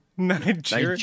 Nigeria